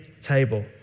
table